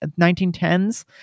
1910s